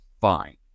fine